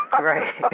Right